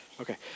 Okay